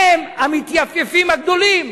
הם המתייפייפים הגדולים.